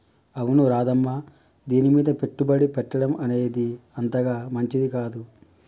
అవును రాధమ్మ దీనిమీద పెట్టుబడి పెట్టడం అనేది అంతగా మంచిది కాదు